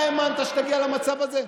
אתה האמנת שתגיע למצב הזה?